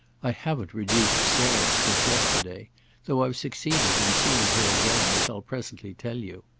i haven't reduced sarah, since yesterday though i've succeeded in seeing her again, as i'll presently tell you.